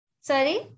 sorry